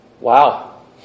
Wow